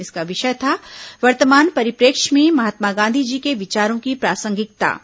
इसका विषय था वर्तमान परिप्रेक्ष्य में महात्मा गांधी जी के विचारों की प्रासंगिकता